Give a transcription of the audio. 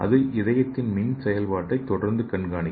அது இதயத்தின் மின் செயல்பாட்டை தொடர்ந்து கண்காணிக்கும்